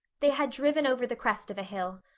they had driven over the crest of a hill.